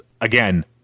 again